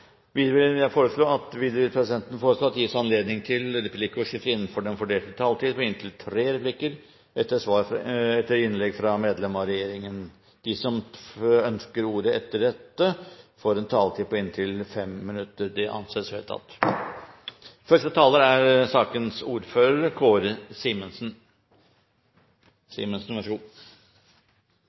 Videre vil presidenten foreslå at det gis anledning til replikkordskifte på inntil tre replikker med svar etter innlegg fra medlem av regjeringen innenfor den fordelte taletid. Videre blir det foreslått at de som måtte tegne seg på talerlisten utover den fordelte taletid, får en taletid på inntil 3 minutter. – Det anses vedtatt. Som ordfører